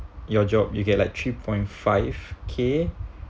your job you get like three point five K